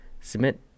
submit